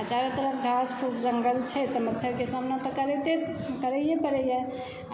आ चारु तरफ घास फुस सभ जङ्गल छै तऽ मच्छड़केँ तऽ करैए पड़ैए